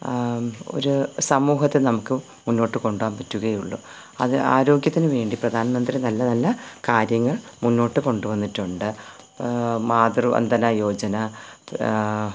ഒരു സമൂഹത്തെ നമുക്കും മുന്നോട്ടു കൊണ്ടു പോകാൻ പറ്റുകയുള്ളൂ അത് ആരോഗ്യത്തിന് വേണ്ടി പ്രധാനമന്ത്രി നല്ല നല്ല കാര്യങ്ങൾ മുന്നോട്ടു കൊണ്ടു വന്നിട്ടുണ്ട് മാതൃവന്ദന യോജന